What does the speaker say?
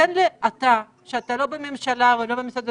תגיד לי אתה, שאתה לא בממשלה ולא במשרד הבריאות,